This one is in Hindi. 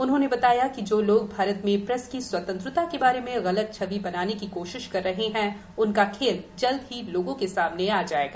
उन्होंने बताया कि जो लोग भारत में प्रेस की स्वतंत्रता के बारे में गलत छवि बनाने की कोशिश कर रहे हैं उनका खेल जल्दी ही लोगों के सामने आ जाएगा